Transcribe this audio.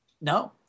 No